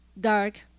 dark